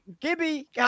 Gibby